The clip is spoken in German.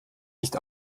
nicht